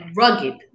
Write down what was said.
rugged